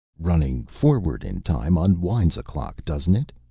running forward in time unwinds a clock, doesn't it?